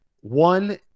one